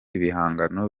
ibihangano